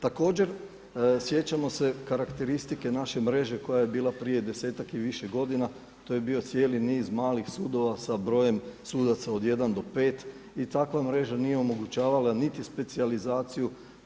Također, sjećamo se karakteristike naše mreže koja je bila prije 10-tak i više godina, to je bio cijeli niz malih sudova sa brojem sudaca od 1 do 5 i tako ajmo reći da nije omogućavala niti specijalizaciju.